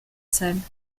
sein